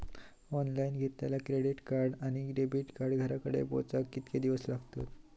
Online घेतला credit card किंवा debit card घराकडे पोचाक कितके दिस लागतत?